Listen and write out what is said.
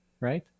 Right